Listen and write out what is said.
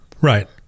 Right